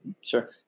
Sure